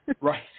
Right